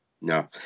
No